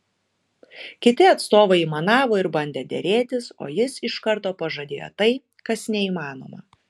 kiti atstovai aimanavo ir bandė derėtis o jis iš karto pažadėjo tai kas neįmanoma